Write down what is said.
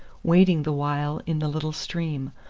wading the while in the little stream,